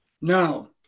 Now